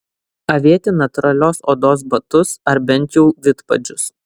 avėti natūralios odos batus ar bent jau vidpadžius